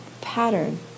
pattern